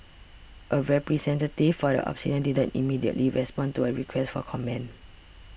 a representative for Obsidian didn't immediately respond to a request for comment